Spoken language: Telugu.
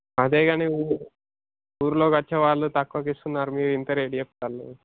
అదే కానీ ఊ ఊళ్ళోకి వచ్చే వాళ్ళు తక్కువకు ఇస్తున్నారు మీరు ఇంత రేటు చెప్తున్నారు